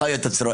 חי את הצרכים